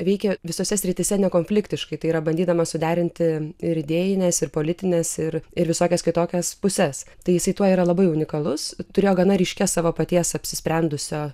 veikė visose srityse nekonfliktiškai tai yra bandydama suderinti ir idėjines ir politines ir ir visokias kitokias puses tai jisai tuo yra labai unikalus turėjo gana ryškias savo paties apsisprendusio